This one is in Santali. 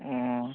ᱚᱸ